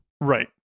Right